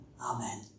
Amen